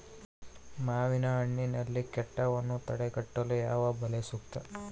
ಮಾವಿನಹಣ್ಣಿನಲ್ಲಿ ಕೇಟವನ್ನು ತಡೆಗಟ್ಟಲು ಯಾವ ಬಲೆ ಸೂಕ್ತ?